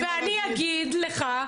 ואני אגיד לך,